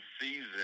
season